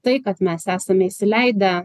tai kad mes esame įsileidę